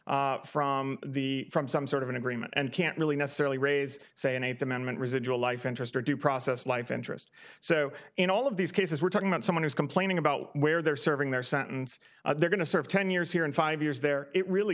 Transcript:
harm from the from some sort of an agreement and can't really necessarily raise saying at the moment residual life interest or due process life interest so in all of these cases we're talking about someone who's complaining about where they're serving their sentence they're going to serve ten years here and five years there it really